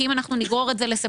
כי אם אנחנו נגרור את זה לספטמבר,